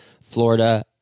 Florida